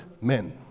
men